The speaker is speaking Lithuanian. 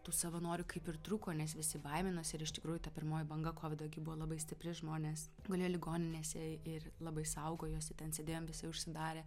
tų savanorių kaip ir trūko nes visi baiminosi ir iš tikrųjų ta pirmoji banga koviso gi buvo labai stipri žmonės gulėjo ligoninėse ir labai saugojosi ten sėdėjom visi užsidarę